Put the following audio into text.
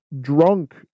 drunk